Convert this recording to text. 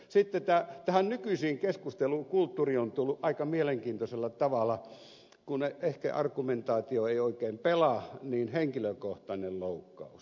sitten tähän nykyiseen keskustelukulttuuriin on tullut aika mielenkiintoisella tavalla kun ehkä argumentaatio ei oikein pelaa henkilökohtainen loukkaus